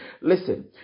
Listen